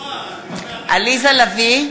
נגד עליזה לביא,